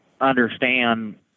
understand